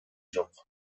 жок